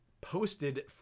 posted